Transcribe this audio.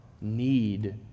need